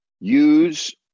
use